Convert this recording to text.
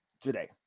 today